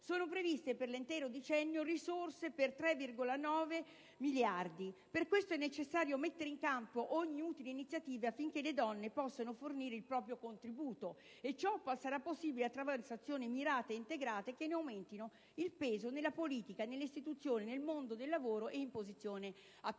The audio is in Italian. sono previste per l'intero decennio risorse per 3,9 miliardi. Per questo è necessario mettere in campo ogni utile iniziativa affinché le donne possano fornire il proprio contributo e ciò sarà possibile attraverso azioni mirate e integrate che ne aumentino il peso nella politica, nelle istituzioni, nel mondo del lavoro e in posizioni apicali.